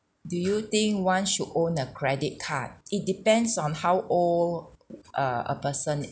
do you think one should own a credit card it depends on how old a a person